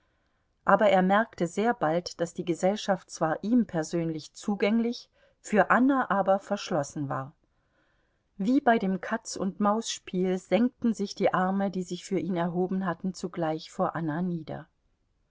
aber er merkte sehr bald daß die gesellschaft zwar ihm persönlich zugänglich für anna aber verschlossen war wie bei dem katz und maus spiel senkten sich die arme die sich für ihn erhoben hatten sogleich vor anna nieder